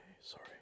sorry